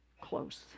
Close